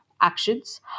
actions